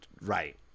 Right